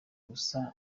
gusa